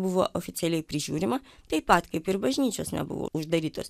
buvo oficialiai prižiūrima taip pat kaip ir bažnyčios nebuvo uždarytos